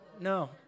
No